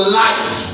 life